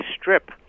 strip